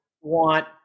want